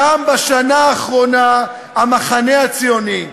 קם בשנה האחרונה המחנה הציוני.